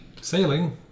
sailing